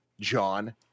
john